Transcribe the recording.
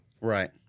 Right